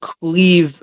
cleave